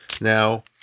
Now